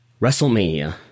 WrestleMania